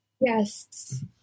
Yes